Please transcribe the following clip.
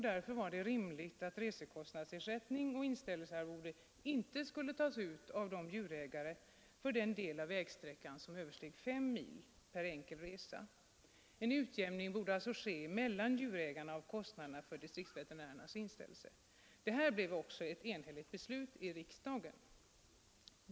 Därför var det rimligt att resekostnadsersättning och inställelsearvode inte skulle tas ut av dessa djurägare för den del av vägsträckan som översteg fem mil per enkel resa. En utjämning borde ske mellan djurägarna av kostnaderna för distriktsveterinärernas inställelse. Detta blev också ett enhälligt beslut i riksdagen.